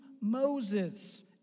Moses